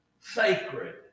sacred